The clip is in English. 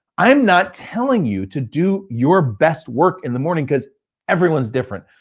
i'm not telling you to do your best work in the morning cause everyone's different.